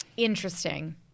Interesting